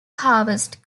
harvest